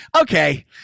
okay